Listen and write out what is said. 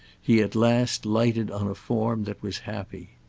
he at last lighted on a form that was happy.